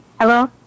Hello